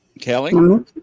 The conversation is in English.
Kelly